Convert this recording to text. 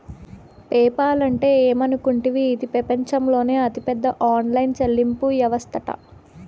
PayPal అంటే ఏమనుకుంటివి, ఇది పెపంచంలోనే అతిపెద్ద ఆన్లైన్ చెల్లింపు యవస్తట